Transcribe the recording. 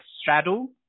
straddle